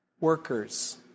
workers